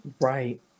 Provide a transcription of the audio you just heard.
Right